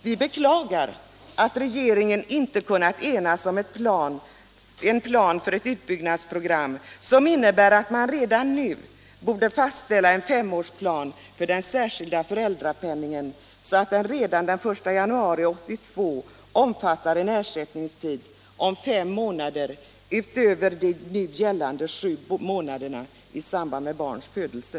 Vi beklagar att regeringen inte kunnat enas om ett utbyggnadsprogram som innebär att man redan nu borde fastställa en femårsplan för den särskilda föräldrapenningen så att den redan den 1 januari 1982 omfattar en ersättningstid om fem månader utöver de nu gällande sju månaderna i samband med barns födelse.